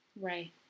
Right